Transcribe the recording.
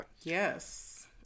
yes